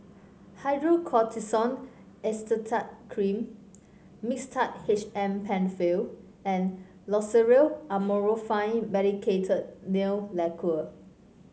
Hydrocortisone Cream Mixtard H M Penfill and Loceryl Amorolfine Medicated Nail Lacquer